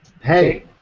Hey